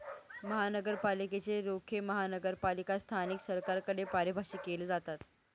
महानगरपालिकेच रोखे महानगरपालिका स्थानिक सरकारद्वारे परिभाषित केले जातात